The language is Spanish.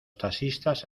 taxistas